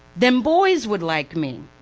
then boys would like me!